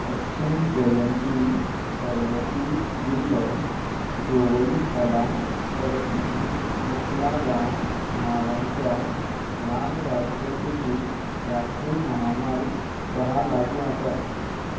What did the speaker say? पश्चीम जयंतीय पर्वतीय जिल्लो जोवई खाला पडपी मुखला गांव नांवाच्या ल्हान गांवचे कुशीक राष्ट्रीय महामार्ग स लागीं आसा